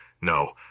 No